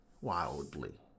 wildly